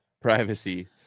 privacy